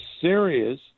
serious